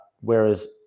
whereas